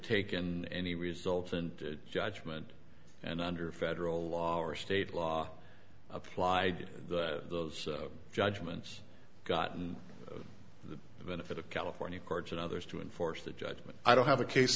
taken any result and judgment and under federal law or state law applied those judgments got the benefit of california courts and others to enforce the judgment i don't have a case